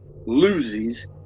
loses